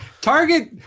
Target